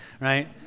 right